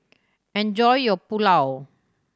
enjoy your Pulao